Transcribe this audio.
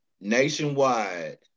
Nationwide